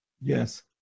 Yes